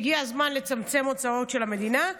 הגיע הזמן לצמצם הוצאות של המדינה.